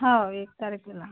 हो एक तारखेला